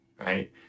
right